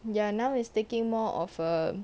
ya now is taking more of a